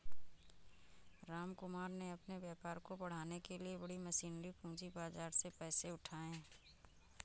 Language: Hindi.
रामकुमार ने अपने व्यापार को बढ़ाने के लिए बड़ी मशीनरी पूंजी बाजार से पैसे उठाए